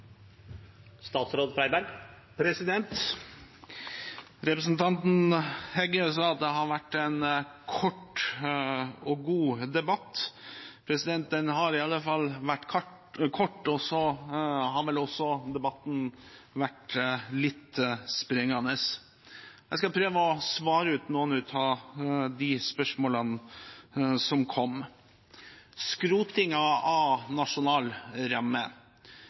Representanten Heggø sa at det har vært «ein kort, men god debatt». Den har i alle fall vært kort, og så har vel debatten også vært litt springende. Jeg skal prøve å svare ut noen av de spørsmålene som kom. Skrotingen av nasjonal ramme: